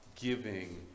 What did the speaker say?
giving